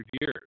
years